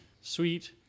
sweet